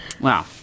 wow